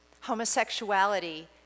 Homosexuality